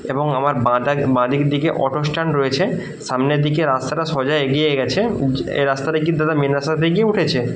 এবং আমার বাঁ দাক বাঁদিক দিকে অটো স্ট্যান্ড রয়েছে সামনের দিকে রাস্তাটা সোজা এগিয়ে গেছে এই রাস্তাটা কি দাদা মেন রাস্তাটাতেই গিয়ে উঠেছে